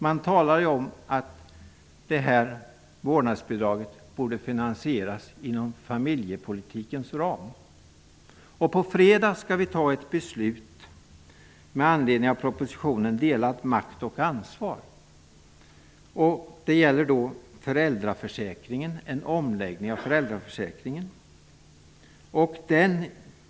Man talar om att vårdnadsbidraget borde finansieras inom familjepolitikens ram. På fredag skall vi fatta beslut i anledning av propositionen Delad makt och ansvar. Det gäller då en omläggning av föräldraförsäkringen.